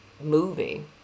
movie